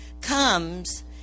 comes